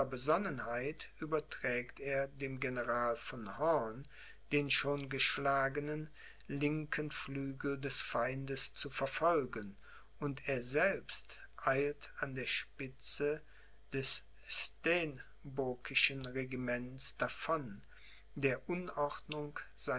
besonnenheit überträgt er dem general von horn den schon geschlagenen linken flügel des feindes zu verfolgen und er selbst eilt an der spitze des stenbockischen regiments davon der